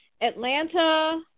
Atlanta